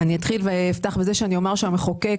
אני אתחיל ואומר שהמחוקק